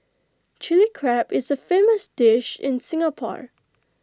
Chilli Crab is A famous dish in Singapore